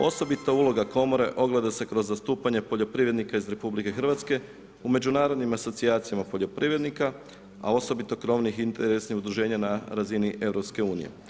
Osobita uloga komore ogleda se kroz zastupanje poljoprivrednika iz RH u međunarodnim asocijacijama poljoprivrednika a osobito krovnih i interesnih udruženja na razini EU.